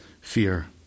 fear